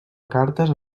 cartes